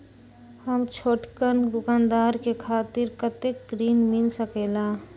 हम छोटकन दुकानदार के खातीर कतेक ऋण मिल सकेला?